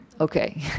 okay